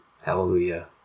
Hallelujah